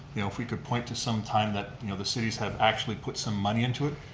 you know if we could point to some time that you know the cities have actually put some money into it,